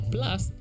Plus